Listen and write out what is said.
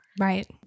Right